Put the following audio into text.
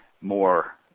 more